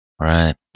right